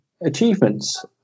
achievements